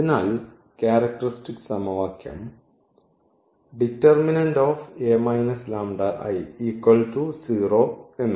അതിനാൽ ക്യാരക്ടറിസ്റ്റിക് സമവാക്യം determinant of A λI equal to zero ആയിരിക്കും